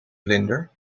vlinder